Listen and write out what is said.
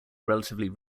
relatively